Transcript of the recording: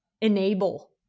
enable